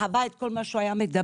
חווה את כל מה שהוא היה מדבר,